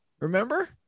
remember